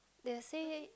they say